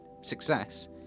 success